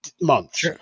months